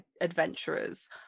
adventurers